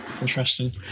Interesting